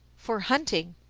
for hunting.